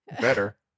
better